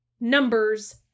numbers